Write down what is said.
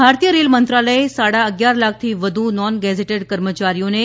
ભારતીય રેલ મંત્રાલય સાડા અગિયાર લાખથી વધુ નોન ગેજેટેડ કર્મચારીઓને